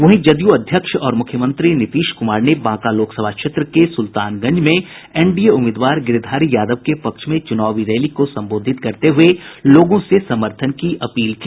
वहीं जदयू अध्यक्ष और मुख्यमंत्री नीतीश कुमार ने बांका लोकसभा क्षेत्र के सुलतानगंज में एनडीए उम्मीदवार गिरिधारी यादव के पक्ष में चुनावी रैली को संबोधित करते हुए लोगों से समर्थन की अपील की